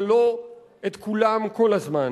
אבל לא את כולם כל הזמן.